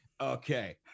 okay